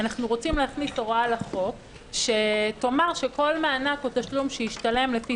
אנחנו רוצים להכניס הוראה לחוק שתאמר שכל מענק או תשלום שישתלם לפי